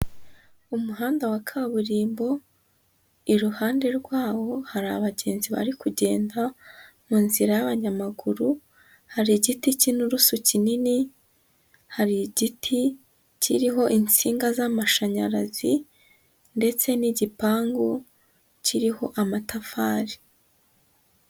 Umuhanda wa kaburimbo, iruhande rwawo hari abagenzi bari kugenda mu nzira y'abanyamaguru, hari igiti k'inturusu kinini, hari igiti kiriho insinga z'amashanyarazi ndetse n'igipangu kiriho amatafari.